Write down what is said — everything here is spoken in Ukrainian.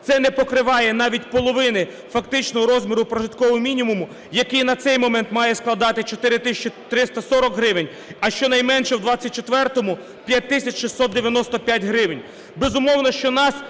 Це не покриває навіть половини фактичного розміру прожиткового мінімуму, який на цей момент має складати 4 тисячі 340 гривень, а щонайменше в 24-му – 5 тисяч 695 гривень.